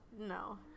No